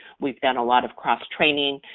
we've done a lot of cross-training.